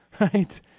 right